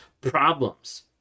problems